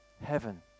heaven